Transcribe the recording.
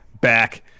Back